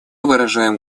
выражаем